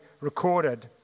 recorded